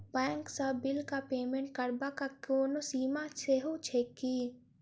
Bank सँ बिलक payment करबाक कोनो सीमा सेहो छैक की?